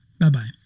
Bye-bye